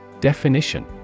Definition